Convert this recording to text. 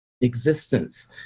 existence